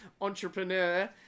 entrepreneur